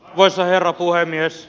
arvoisa herra puhemies